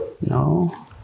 No